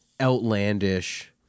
outlandish